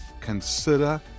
consider